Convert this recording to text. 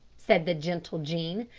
said the gentle jean.